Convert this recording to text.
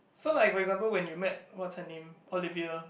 so like for example when you met what's her name Olivia